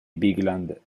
bigland